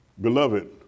beloved